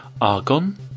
Argon